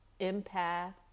empath